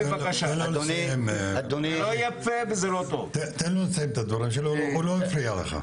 תן לו לסיים את הדברים שלו, הוא לא הפריע לך.